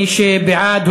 מי שבעד,